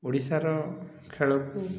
ଓଡ଼ିଶାର ଖେଳକୁ